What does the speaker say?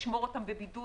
לשמור אותם בבידוד.